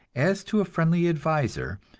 as to a friendly adviser,